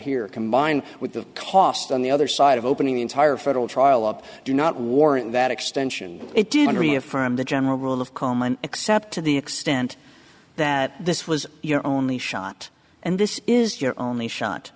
here combined with the cost on the other side of opening the entire federal trial up do not warrant that extension it did reaffirm the general rule of common except to the extent that this was your only shot and this is your only shot